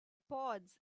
pods